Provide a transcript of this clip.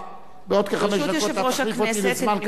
אני מתכבדת להודיעכם,